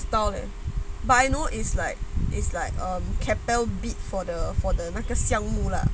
不知道 leh but I know is like is like um Keppel bid for the for the 那个项目了